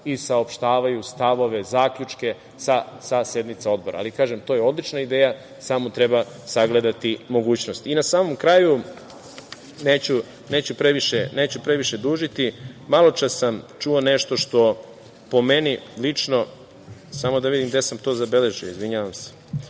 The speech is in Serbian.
i saopštavaju stavove, zaključke sa sednica odbora. Ali, kažem, to je odlična ideja, samo treba sagledati mogućnosti.I na samom kraju, neću previše dužiti, malo čas sam čuo nešto što po meni lično na neki način i narušava